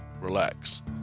relax